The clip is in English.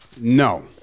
No